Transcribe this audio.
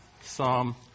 Psalm